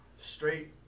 Straight